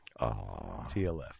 TLF